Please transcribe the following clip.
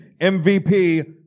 MVP